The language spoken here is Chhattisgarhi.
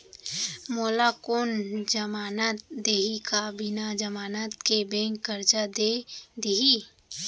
मोला कोन जमानत देहि का बिना जमानत के बैंक करजा दे दिही?